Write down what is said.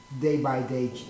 day-by-day